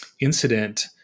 incident